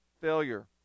failure